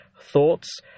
thoughts